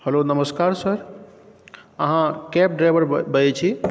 hello नमस्कार sir अहाँ cab driver बजै छी